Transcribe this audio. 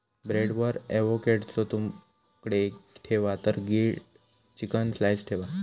ब्रेडवर एवोकॅडोचे तुकडे ठेवा वर ग्रील्ड चिकन स्लाइस ठेवा